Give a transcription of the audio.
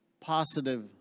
positive